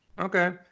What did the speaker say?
Okay